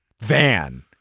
van